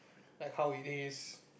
like how it is